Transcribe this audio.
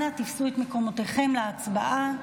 אנא תפסו את מקומותיכם להצבעה.